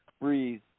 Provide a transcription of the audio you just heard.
Breathe